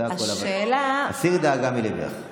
זה הכול, הסירי דאגה מליבך.